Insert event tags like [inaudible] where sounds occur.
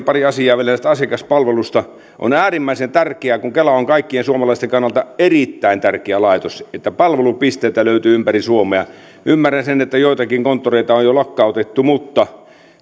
[unintelligible] pari asiaa vielä tästä asiakaspalvelusta on äärimmäisen tärkeää kun kela on kaikkien suomalaisten kannalta erittäin tärkeä laitos että palvelupisteitä löytyy ympäri suomea ymmärrän sen että joitakin konttoreita on jo lakkautettu mutta